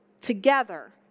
together